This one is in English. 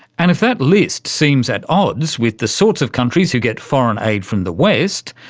and if that list seems at odds with the sorts of countries who get foreign aid from the west,